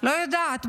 לא יודעת,